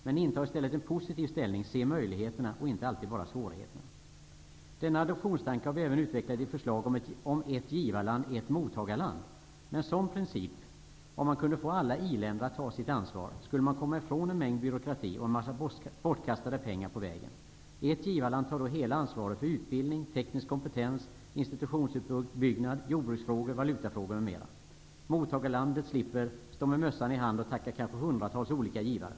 Men inta i stället en positiv ställning -- se möjligheterna, inte alltid bara svårigheterna! Denna adoptionstanke har vi även utvecklat i ett förslag om ett givarland -- ett mottagarland. Med en sådan princip -- om man kunde få alla i-länder att ta sitt ansvar -- skulle man komma ifrån en mängd byråkrati och en massa bortkastade pengar på vägen. Ett givarland tar då hela ansvaret för utbildning, teknisk kompetens, institutionsuppbyggnad, jordbruksfrågor, valutafrågor m.m. Mottagarlandet slipper stå med mössan i hand och tacka kanske hundratals olika givare.